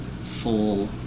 full